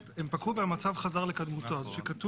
זאת אומרת,